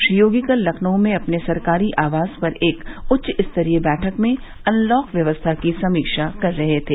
श्री योगी कल लखनऊ में अपने सरकारी आवास पर एक उच्चस्तरीय बैठक में अनलॉक व्यवस्था की समीक्षा कर रहे थे